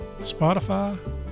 spotify